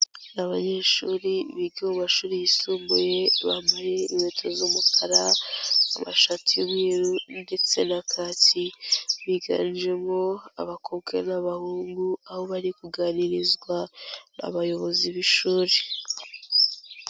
Abanyeshuri biga mu mashuri yisumbuye bambaye inkweto z'umukara, amashati y'umweru ndetse na kaki, biganjemo abakobwa n'abahungu aho bari kuganirizwa n'abayobozi b'ishuri.